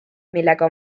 millega